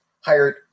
hired